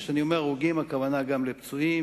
וכשאני אומר "הרוגים" הכוונה גם לפצועים,